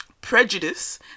prejudice